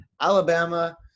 Alabama